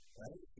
right